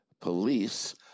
police